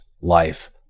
life